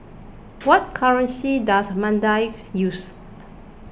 what currency does Maldives use